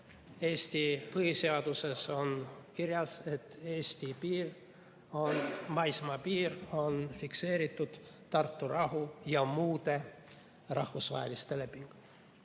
Eesti põhiseaduses on kirjas, et Eesti maismaapiir on fikseeritud Tartu rahu ja muude rahvusvaheliste lepingutega.